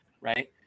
right